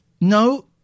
no